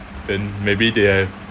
then maybe they have